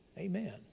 Amen